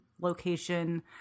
location